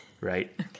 Right